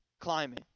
climbing